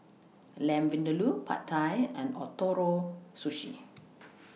Lamb Vindaloo Pad Thai and Ootoro Sushi